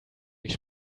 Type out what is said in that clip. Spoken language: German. mich